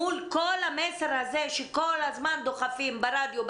מול כל המסר הזה שכל הזמן דוחפים ברדיו,